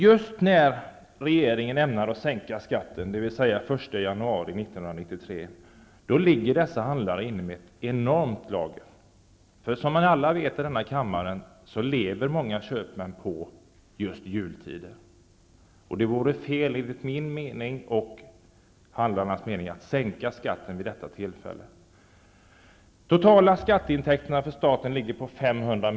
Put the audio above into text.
Just när regeringen ämnar sänka skatten -- sänkningen gäller, som sagt, fr.o.m. den 1 januari 1993 -- har dessa handlare enorma lager. Som alla här i kammaren vet lever många köpmän på just försäljningen under jultid. Enligt både min och handlarnas mening vore det därför fel att sänka skatten just vid ett sådant tillfälle. Med tanke på de totala skatteintäkterna för statens del vill jag säga följande.